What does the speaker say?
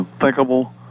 unthinkable